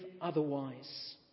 otherwise